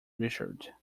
richard